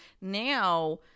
now